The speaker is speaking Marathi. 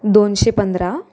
दोनशे पंधरा